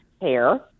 hair